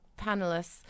panelists